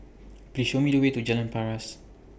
Please Show Me The Way to Jalan Paras